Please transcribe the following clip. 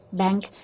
bank